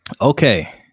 Okay